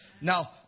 Now